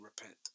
repent